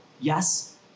yes